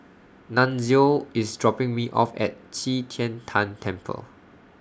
Nunzio IS dropping Me off At Qi Tian Tan Temple